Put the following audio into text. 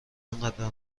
اینقدر